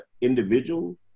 individual